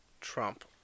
Trump